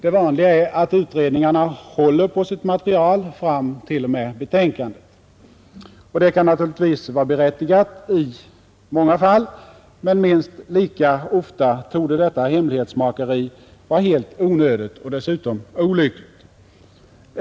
Det vanliga är att utredningarna håller på sitt material fram till och med betänkandet. Detta kan väl vara berättigat i många fall, men minst lika ofta torde detta hemlighetsmakeri vara helt onödigt och dessutom olyckligt.